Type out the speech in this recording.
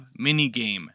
Minigame